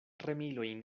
remilojn